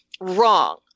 Wrong